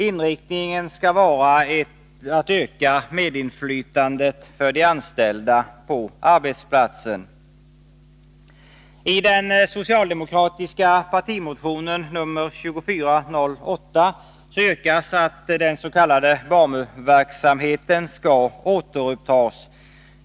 Inriktningen skall vara att öka medinflytandet för de anställda på arbetsplatsen. I den socialdemokratiska partimotionen nr 2408 yrkas att den s.k. BAMU-verksamheten skall återupptas.